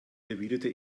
erwiderte